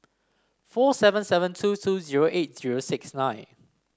four seven seven two two zero eight zero six nine